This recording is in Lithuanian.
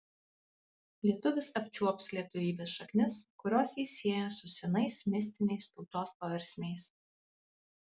lietuvis apčiuops lietuvybės šaknis kurios jį sieja su senais mistiniais tautos paversmiais